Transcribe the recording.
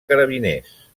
carabiners